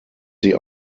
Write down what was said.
sie